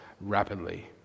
rapidly